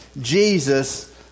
Jesus